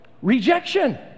Rejection